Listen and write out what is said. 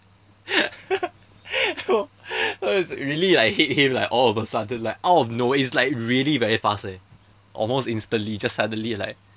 really I hate him like all of a sudden like out of nowhere it's like really very fast eh almost instantly just suddenly like